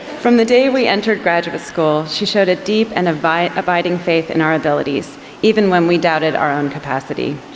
from the day we entered graduate school, she showed a deep and abiding abiding faith in our abilities even when we doubted our own capacity.